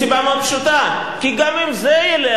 מסיבה מאוד פשוטה: כי אם גם זה ילך,